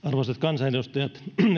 arvoisat kansanedustajat